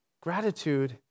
Gratitude